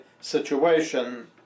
situation